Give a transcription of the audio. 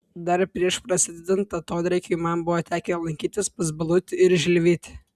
dar prieš prasidedant atodrėkiui man buvo tekę lankytis pas balutį ir žilvitį